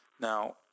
Now